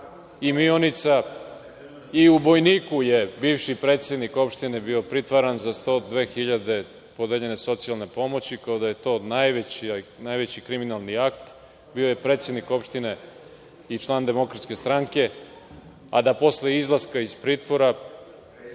u Mionici, i u Bojniku je bivši predsednik opštine bio pritvaran za 102 hiljade podeljene socijalne pomoći, kao da je to najveći kriminalni akt, bio je predsednik opštine i član DS, da bi se posle izlaska iz pritvora